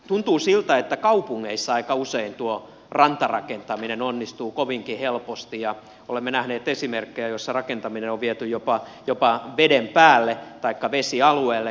tuntuu siltä että kaupungeissa aika usein rantarakentaminen onnistuu kovinkin helposti ja olemme nähneet esimerkkejä joissa rakentaminen on viety jopa veden päälle taikka vesialueelle